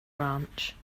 ranch